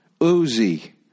Uzi